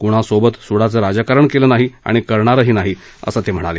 कुणासोबतही सूडाचं राजकारण केलं नाही आणि करणार नाही असं ते म्हणाले